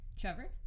Trevor